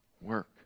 work